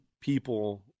people